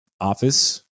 office